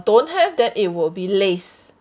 don't have then it will be Lay's